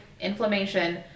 inflammation